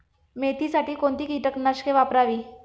मेथीसाठी कोणती कीटकनाशके वापरावी?